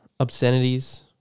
obscenities